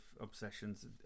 obsessions